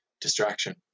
distraction